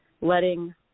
letting